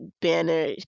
Banner